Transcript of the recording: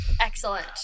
Excellent